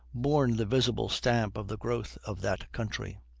borne the visible stamp of the growth of that country.